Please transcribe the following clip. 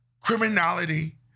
criminality